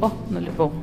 o nulipau